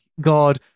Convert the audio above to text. God